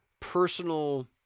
personal